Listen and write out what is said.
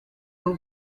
bwo